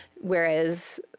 Whereas